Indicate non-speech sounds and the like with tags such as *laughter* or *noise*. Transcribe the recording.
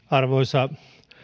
*unintelligible* arvoisa